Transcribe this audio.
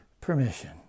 permission